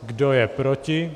Kdo je proti?